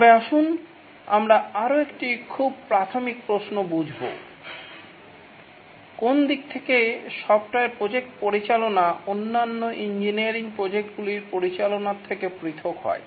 তবে আসুন আমরা আরও একটি খুব প্রাথমিক প্রশ্ন বুঝব কোন দিক থেকে সফ্টওয়্যার প্রজেক্ট পরিচালনা অন্যান্য ইঞ্জিনিয়ারিং প্রজেক্টগুলির পরিচালনার থেকে পৃথক হয়